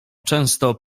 często